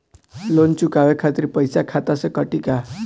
Loan चुकावे खातिर पईसा खाता से कटी का?